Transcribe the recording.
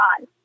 on